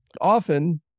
Often